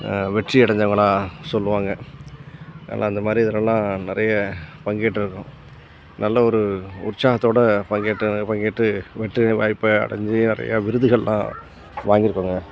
வெற்றி அடஞ்சவங்களாக சொல்லுவாங்கள் அதெலாம் அந்த மாதிரி இதிலலாம் நிறைய பங்கேற்றுருக்கோம் நல்ல ஒரு உற்சாகத்தோட பங்கேற்று பங்கேற்று வெற்றி வாய்ப்பை அடைஞ்சு நிறையா விருதுகள்லாம் வாங்கியிருக்கோங்க